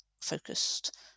focused